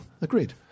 agreed